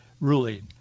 ruling